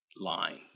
line